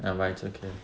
ya but it's okay